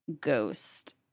ghost –